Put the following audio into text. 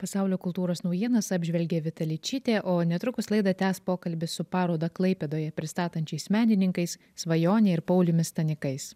pasaulio kultūros naujienas apžvelgė vita ličytė o netrukus laidą tęs pokalbis su parodą klaipėdoje pristatančiais menininkais svajone ir pauliumi stanikais